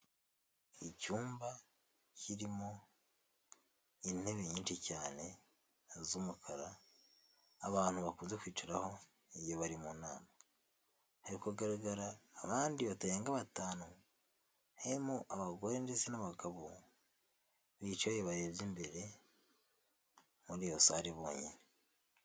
Icyumba kirimo intebe nyinshi cyane z'umukara abantu bakunze kwicaraho iyo bari mu nama, hari kugaragara abandi batarenga batanu, harimo abagore ndetse n'abagabo bicaye barebye imbere muri iyo sare bonyine.